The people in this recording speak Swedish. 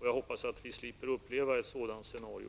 Jag hoppas att vi slipper uppleva ett sådant scenario.